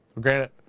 granted